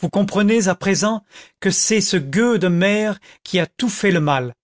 vous comprenez à présent que c'est ce gueux de maire qui a tout fait le mal